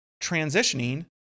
transitioning